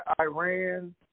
Iran